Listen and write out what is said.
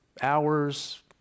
hours